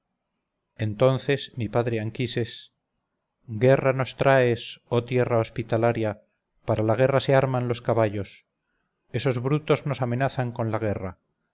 entonces mi padre anquises guerra nos traes oh tierra hospitalaria para la guerra se arman los caballos esos brutos nos amenazan con la guerra